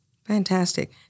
Fantastic